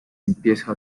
empieza